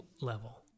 level